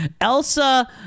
Elsa